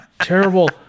terrible